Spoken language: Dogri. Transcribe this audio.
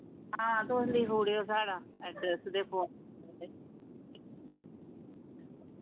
हां तुस लिखुड़ेओ साढ़ा एड्रेस ते फोन